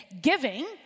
Giving